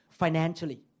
financially